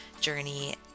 journey